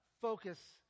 focus